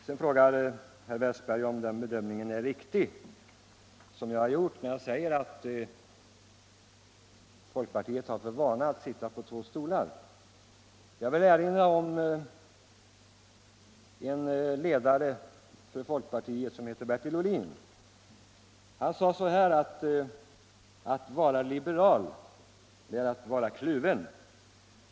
Sedan ifrågasatte herr Westberg att min bedömning var riktig när jag sade att folkpartiet har för vana att sitta på två stolar. Jag vill erinra om en ledare för folkpartiet som heter Bertil Ohlin. Han sade: Att vara liberal är att vara kluven.